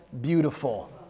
beautiful